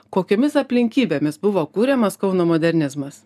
kokiomis aplinkybėmis buvo kuriamas kauno modernizmas